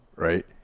Right